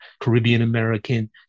Caribbean-American